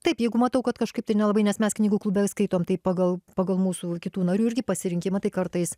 taip jeigu matau kad kažkaip tai nelabai nes mes knygų klube skaitom tai pagal pagal mūsų kitų narių irgi pasirinkimą tai kartais